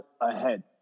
ahead